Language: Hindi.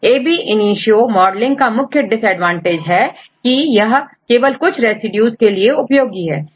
ab initio modeling का मुख्य डिसएडवांटेज है की यह केवल कुछ रेसिड्यूज के लिए उपयोगी है